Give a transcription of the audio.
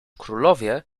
królowie